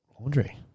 Laundry